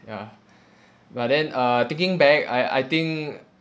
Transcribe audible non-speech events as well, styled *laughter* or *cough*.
ya *breath* but then uh thinking back I I think